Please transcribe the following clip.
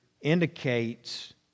indicates